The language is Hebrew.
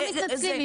לא מתנצלים,